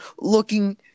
looking